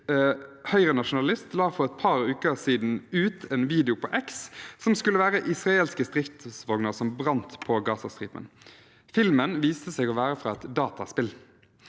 høyrenasjonalist la for et par uker siden ut en video på X som skulle være israelske stridsvogner som brant på Gaza-stripen. Filmen viste seg å være fra et dataspill.